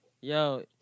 yo